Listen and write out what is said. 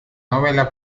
novela